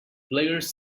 players